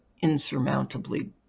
insurmountably